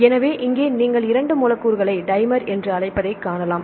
எனவே இங்கே நீங்கள் 2 மூலக்கூறுகளை டைமர் என்று அழைப்பதைக் காணலாம்